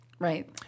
Right